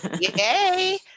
yay